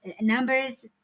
Numbers